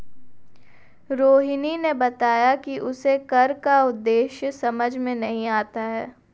रोहिणी ने बताया कि उसे कर का उद्देश्य समझ में नहीं आता है